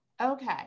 Okay